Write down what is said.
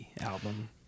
album